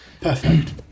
perfect